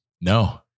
No